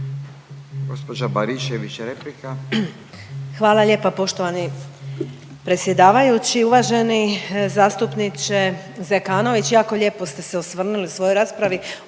Hvala lijepa poštovani predsjedavajući. Uvaženi zastupniče Zekanović jako lijepo ste se osvrnuli u svojoj raspravi